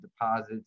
deposits